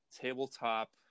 tabletop